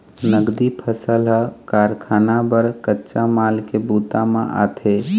नगदी फसल ह कारखाना बर कच्चा माल के बूता म आथे